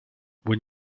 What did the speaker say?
when